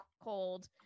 cold